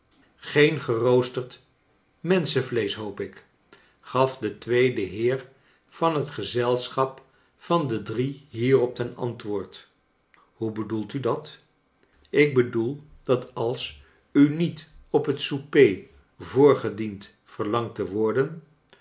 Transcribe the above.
geen geroosterd menschenvleesch hoop ik gaf de tweede heer van het gezelschap van de drie hierop ten antwoord hoe bedoelt u dat ik bedoel dat als u niet op het souper voorgediend verlangt te worden